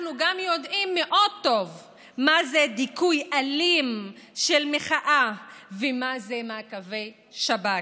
אנחנו גם יודעים טוב מאוד מה זה דיכוי אלים של מחאה ומה הם מעקבי השב"כ.